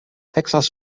texas